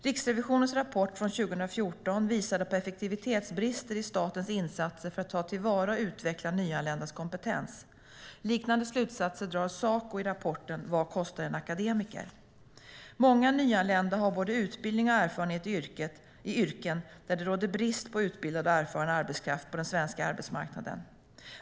Riksrevisionens rapport från 2014 visade på effektivitetsbrister i statens insatser för att ta till vara och utveckla nyanländas kompetens. Liknande slutsatser drar Saco i rapporten Vad kostar en akademiker? Många nyanlända har både utbildning och erfarenhet i yrken där det råder brist på utbildad och erfaren arbetskraft på den svenska arbetsmarknaden.